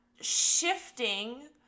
shifting